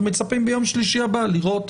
ואנחנו מצפים ביום שלישי הבא לראות